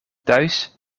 thuis